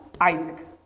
Isaac